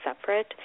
separate